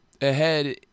ahead